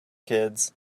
kids